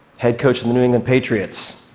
head coach of the new england patriots,